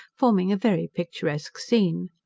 forming a very picturesque scene.